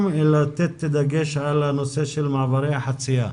צריך גם לתת דגש על הנושא של מעברי החצייה.